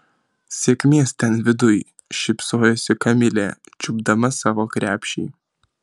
sėkmės ten viduj šypsojosi kamilė čiupdama savo krepšį